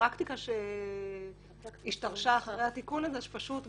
הפרקטיקה שהשתרשה אחרי התיקון הזה שגם